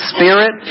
Spirit